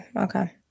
Okay